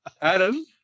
Adam